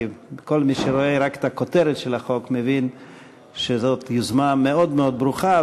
כי כל מי שרואה רק את הכותרת של החוק מבין שזאת יוזמה מאוד מאוד ברוכה.